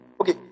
Okay